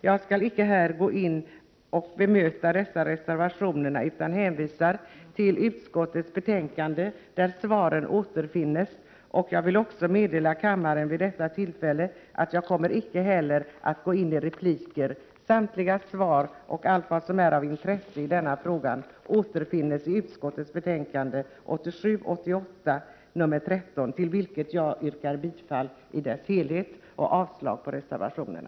Jag skall icke här bemöta dessa reservationer utan hänvisar till utskottets betänkande där svaren återfinns. Jag vill också meddela kammaren att jag vid detta tillfälle icke kommer att gå in i repliker. Allt som är av intresse i denna fråga återfinns i socialförsäkringsutskottets betänkande 1987/88:13. Jag yrkar bifall till utskottets hemställan i dess helhet och avslag på reservationerna.